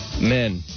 Men